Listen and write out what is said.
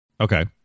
Okay